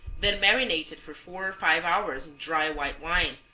then marinated for four or five hours in dry white wine,